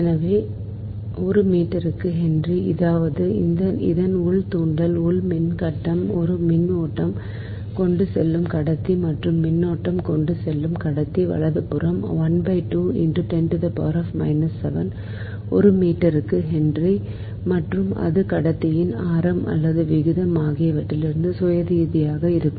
எனவே ஒரு மீட்டருக்கு ஹென்றி அதாவது இந்த உள் தூண்டல் உள் மின்னூட்டம் ஒரு மின்னோட்டம் கொண்டு செல்லும் கடத்தி மாற்று மின்னோட்டம் கொண்டு செல்லும் கடத்தி வலதுபுறம் ஒரு மீட்டருக்கு ஹென்றி மற்றும் அது கடத்தியின் ஆரம் அல்லது விட்டம் ஆகியவற்றிலிருந்து சுயாதீனமாக உள்ளது